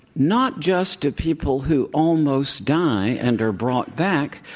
not just to people who almost die and are brought back,